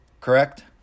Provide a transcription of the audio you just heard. correct